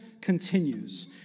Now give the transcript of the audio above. continues